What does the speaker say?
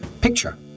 picture